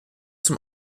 zum